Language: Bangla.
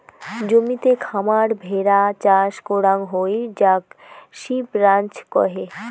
জমিতে খামার ভেড়া চাষ করাং হই যাক সিপ রাঞ্চ কহে